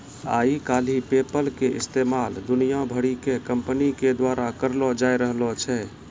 आइ काल्हि पेपल के इस्तेमाल दुनिया भरि के कंपनी के द्वारा करलो जाय रहलो छै